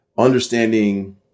understanding